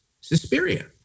Suspiria